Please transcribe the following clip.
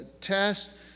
test